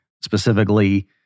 Specifically